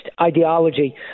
ideology